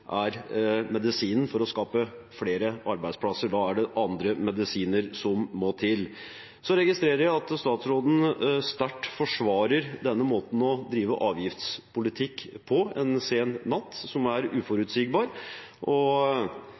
må til. Så registrerer jeg at statsråden sterkt forsvarer denne måten å drive avgiftspolitikk på – en sen natt – som er uforutsigbar.